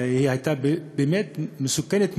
והיא הייתה באמת מסוכנת מאוד,